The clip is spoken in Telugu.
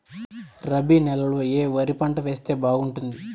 రబి నెలలో ఏ వరి పంట వేస్తే బాగుంటుంది